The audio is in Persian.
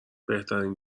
بهترین